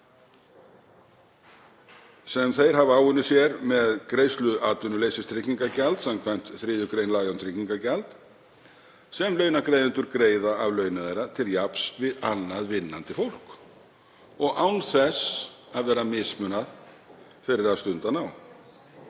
sem þeir hafa áunnið sér með greiðslu atvinnutryggingagjalds, samkvæmt 3. gr. laga um tryggingagjald, sem launagreiðendur greiða af launum þeirra, til jafns við annað vinnandi fólk og án þess að vera mismunað fyrir að stunda nám“.